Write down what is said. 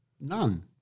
None